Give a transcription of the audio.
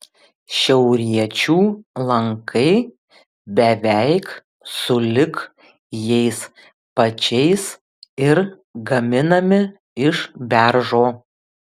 šiauriečių lankai beveik sulig jais pačiais ir gaminami iš beržo